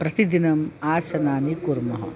प्रतिदिनम् आसनानि कुर्मः